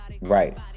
Right